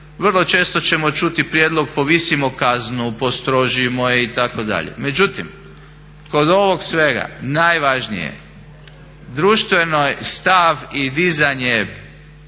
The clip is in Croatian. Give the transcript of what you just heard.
vrlo često ćemo čuti prijedlog povisimo kaznu, postrožimo je itd., međutim kod ovog svega najvažnije je društveni stav i dizanje,